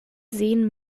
seen